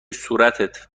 صورتت